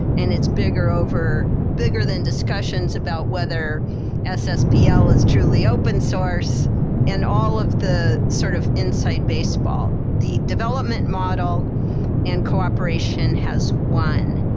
and it's bigger bigger than discussions about whether ssbl is truly open source and all of the sort of inside baseball. the development model and cooperation has won,